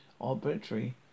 arbitrary